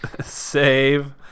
save